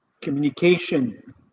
communication